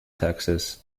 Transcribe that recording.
texas